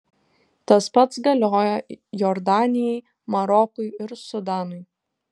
tas pats galioja jordanijai marokui ir sudanui